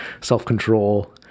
self-control